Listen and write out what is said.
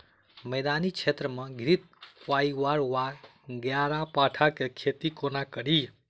मैदानी क्षेत्र मे घृतक्वाइर वा ग्यारपाठा केँ खेती कोना कड़ी?